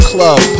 Club